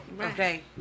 Okay